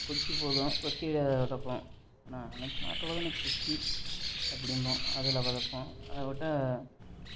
கொக்கி போதும் கொக்கியில் வெதைப்போம் ஆனால் அன்றைக்கி மாட்டோடு தான் இன்றைக்கி கொக்கி அப்படிம்போம் அதில் வெதைப்போம் அதை விட்டா